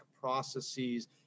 processes